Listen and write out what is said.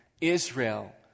Israel